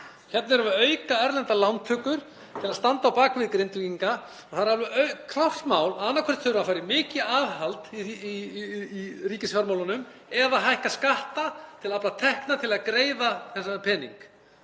Hérna erum við að auka erlendar lántökur til að standa á bak við Grindvíkinga. Það er alveg klárt mál að annaðhvort þurfum við að fara í mikið aðhald í ríkisfjármálunum eða hækka skatta til að afla tekna til að greiða þennan